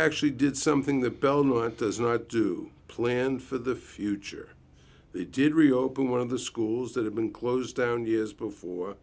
actually did something the belmont does not do planned for the future they did reopen one of the schools that had been closed down years before